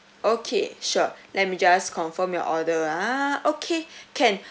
okay sure let me just confirm your order ah okay can